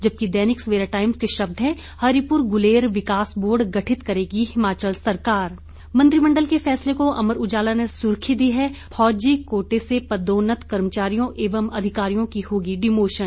जबकि दैनिक सवेरा टाइम्स के शब्द हैं हरिपुर गुलेर विकास बोर्ड गठित करेगी हिमाचल सरकार मंत्रिमंडल के फैसले को अमर उजाला ने सुर्खी दी है फौजी कोटे से पदोन्नत कर्मचारियों एवं अधिकारियों की होगी डिमोशन